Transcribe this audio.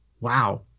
wow